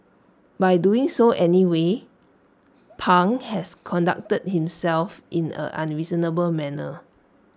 by doing so anyway pang has conducted himself in an unreasonable manner